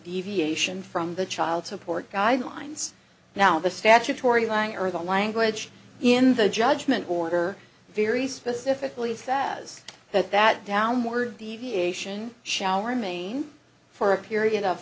deviation from the child support guidelines now the statutory langer the language in the judgment order very specifically sad as that that downward deviation shall remain for a period of